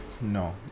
no